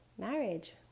marriage